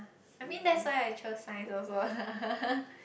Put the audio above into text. I mean that's why I chose science also